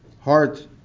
heart